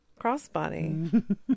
crossbody